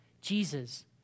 Jesus